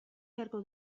beharko